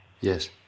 Yes